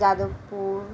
Jadavpur